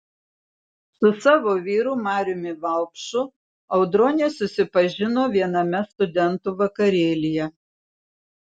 su savo vyru mariumi vaupšu audronė susipažino viename studentų vakarėlyje